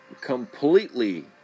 completely